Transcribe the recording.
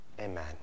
Amen